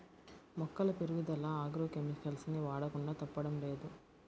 మొక్కల పెరుగుదల agro chemicals ని వాడకుండా తప్పడం లేదు